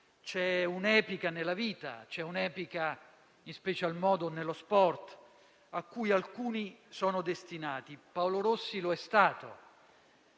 C'è un'epica nella vita, e in special modo nello sport, a cui alcuni sono destinati. Paolo Rossi lo è stato.